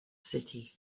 city